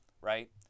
right